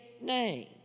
name